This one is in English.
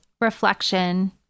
reflection